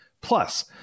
Plus